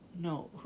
no